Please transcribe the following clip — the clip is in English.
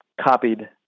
copied